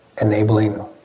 enabling